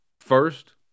first